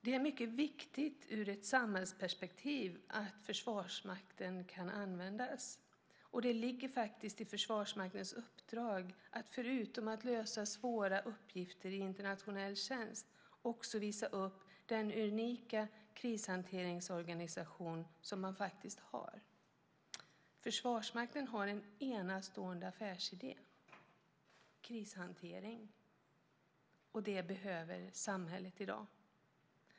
Det är mycket viktigt i ett samhällsperspektiv att Försvarsmakten kan användas. Det ligger i Försvarsmaktens uppdrag att, förutom att lösa svåra uppgifter i internationell tjänst, också visa upp den unika krishanteringsorganisation som man faktiskt har. Försvarsmakten har en enastående affärsidé: Krishantering. Och det behöver samhället i dag.